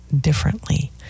differently